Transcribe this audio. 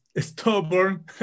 stubborn